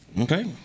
Okay